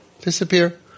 disappear